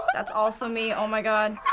that's also me. oh my god.